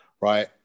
right